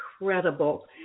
incredible